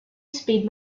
speed